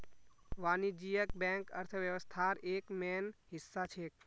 वाणिज्यिक बैंक अर्थव्यवस्थार एक मेन हिस्सा छेक